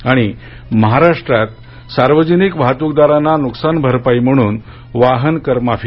आणि महाराष्ट्रात सार्वजनिक वाहतूकदारांना नुकसान भरपाई म्हणून वाहन कर माफी